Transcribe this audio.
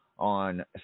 On